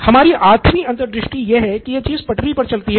हमारी आठवीं अंतर्दृष्टि यह है की यह चीज़ पटरी पर चलती है